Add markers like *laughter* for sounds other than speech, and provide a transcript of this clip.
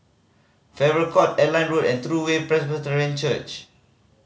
Farrer Court Airline Road and True Way *unintelligible* Church